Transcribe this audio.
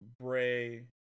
Bray